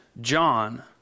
John